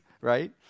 right